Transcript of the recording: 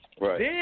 Right